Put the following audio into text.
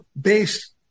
based